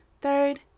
Third